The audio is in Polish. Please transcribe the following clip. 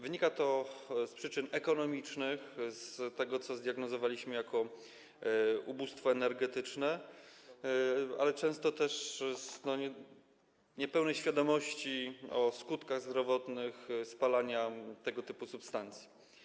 Wynika to z przyczyn ekonomicznych, z tego, co zdiagnozowaliśmy jako ubóstwo energetyczne, ale często też z niepełnej świadomości skutków zdrowotnych spalania tego typu substancji.